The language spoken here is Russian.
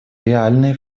реальные